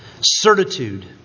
Certitude